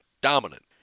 dominant